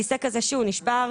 כיסא כזה שהוא נשבר,